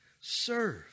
Serve